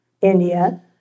India